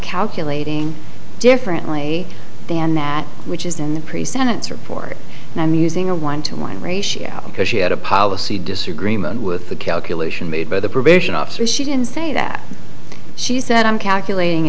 calculating differently than that which is in the pre sentence report and i'm using a one to one ratio because she had a policy disagreement with the calculation made by the probation officer she didn't say that she said i'm calculating